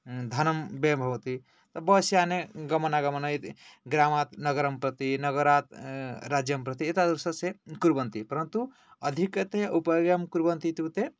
धनं व्ययः भवति बस् याने गमनागमन इति ग्रामात् नगरं प्रति नगरात् राज्यं प्रति तादृशस्य कुर्वन्ति परन्तु अधिकतया उपयोगं कुर्वन्ति इत्युक्ते